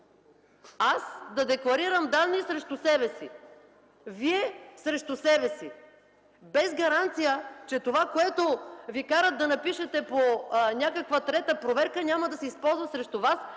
Аз – да декларирам данни срещу себе си, Вие срещу себе си, без гаранция, че това, което Ви карат да напишете по някаква трета проверка, няма да се използва срещу Вас,